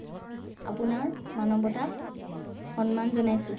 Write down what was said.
আপোনাৰ মানৱতাক সন্মান জনাইছোঁ